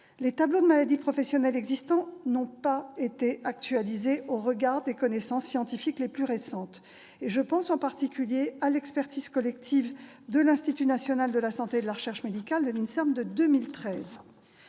Les tableaux de maladies professionnelles existants n'ont pas été actualisés au regard des connaissances scientifiques les plus récentes. Je pense en particulier à l'expertise collective de l'Institut national de la santé et de la recherche médicale- INSERM -de 2013.